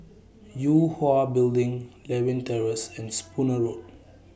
Yue Hwa Building Lewin Terrace and Spooner Road